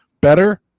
Better